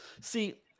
See